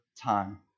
time